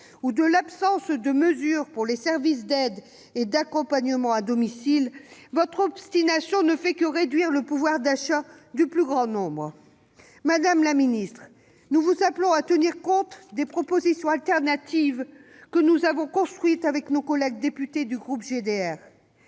ou de l'absence de mesures pour les services d'aide et d'accompagnement à domicile, votre obstination ne fait que réduire le pouvoir d'achat du plus grand nombre. Madame la ministre, nous vous appelons à tenir compte des propositions alternatives que nous avons construites avec nos collègues députés du groupe de